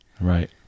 right